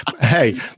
Hey